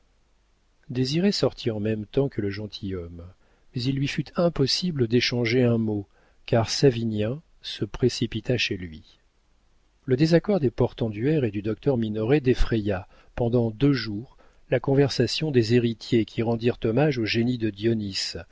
désiré sortit en même temps que le gentilhomme mais il lui fut impossible d'échanger un mot car savinien se précipita chez lui le désaccord des portenduère et du docteur minoret défraya pendant deux jours la conversation des héritiers qui rendirent hommage au génie de